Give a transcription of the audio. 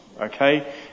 Okay